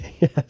Yes